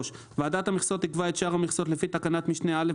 ועדת המכסות תקבע את שאר המכסות לפי תקנת משנה (א),